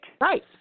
Right